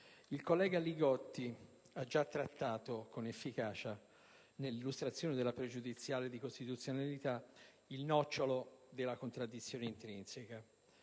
il collega Li Gotti ha già trattato con efficacia, nell'illustrazione della pregiudiziale di costituzionalità, il nocciolo della contraddizione intrinseca: